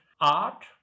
art